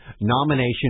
nomination